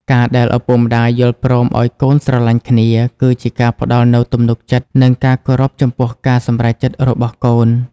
ការដែលឪពុកម្ដាយយល់ព្រមឱ្យកូនស្រឡាញ់គ្នា គឺជាការផ្ដល់នូវទំនុកចិត្ត និងការគោរពចំពោះការសម្រេចចិត្តរបស់កូន។